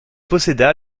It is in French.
posséda